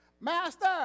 Master